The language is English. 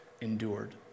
endured